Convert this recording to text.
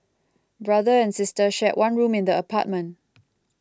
brother and sister shared one room in the apartment